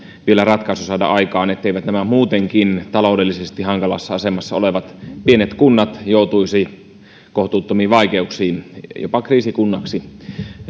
vielä ratkaisu saada aikaan etteivät nämä muutenkin taloudellisesti hankalassa asemassa olevat pienet kunnat joutuisi kohtuuttomiin vaikeuksiin jopa kriisikunniksi